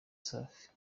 safi